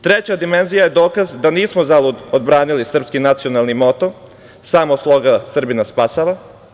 Treća dimenzija je dokaz da nismo zalud odbranili srpski nacionalni moto – samo sloga Srbina spasava.